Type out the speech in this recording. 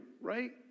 right